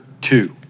two